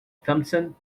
thompson